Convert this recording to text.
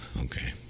okay